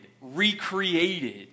recreated